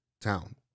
town